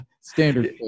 standard